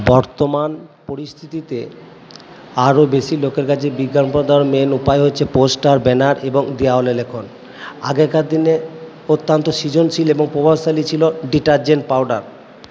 বর্তমান পরিস্থিতিতে আরো বেশি লোকের কাছে বিজ্ঞাপন দেওয়ার মেন উপায় হচ্ছে পোস্টার ব্যানার এবং দেওয়ালে লিখন আগেকার দিনে অত্যন্ত সৃজনশীল এবং প্রভাবশালী ছিল ডিটারজেন্ট পাউডার